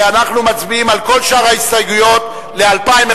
אנחנו מצביעים על כל שאר ההסתייגויות ל-2011